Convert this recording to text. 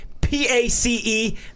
P-A-C-E